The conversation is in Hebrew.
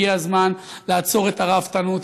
הגיע הזמן לעצור את הרעבתנות,